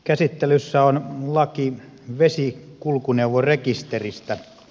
käsittelyssä on laki vesikulkuneuvorekisteristä